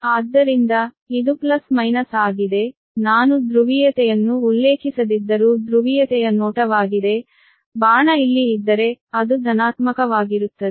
ಆದ್ದರಿಂದ ಇದು plus minus ಆಗಿದೆ ನಾನು ಧ್ರುವೀಯತೆಯನ್ನು ಉಲ್ಲೇಖಿಸದಿದ್ದರೂ ಧ್ರುವೀಯತೆಯ ನೋಟವಾಗಿದೆ ಬಾಣ ಇಲ್ಲಿ ಇದ್ದರೆ ಅದು ಧನಾತ್ಮಕವಾಗಿರುತ್ತದೆ